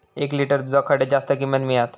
एक लिटर दूधाक खडे जास्त किंमत मिळात?